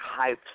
hyped